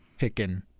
Hicken